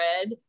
red